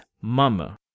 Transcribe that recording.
mama